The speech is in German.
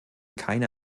keine